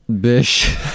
bish